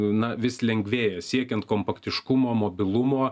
na vis lengvėja siekiant kompaktiškumo mobilumo